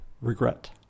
regret